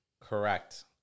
Correct